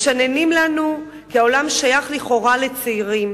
משננים לנו כי העולם שייך, לכאורה, לצעירים.